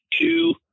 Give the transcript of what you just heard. two